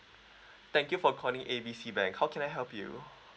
thank you for calling A B C bank how can I help you